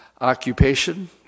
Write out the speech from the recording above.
occupation